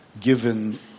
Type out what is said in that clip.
given